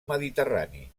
mediterrani